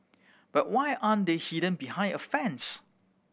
but why are they hidden behind a fence